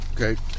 Okay